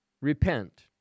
repent